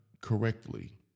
correctly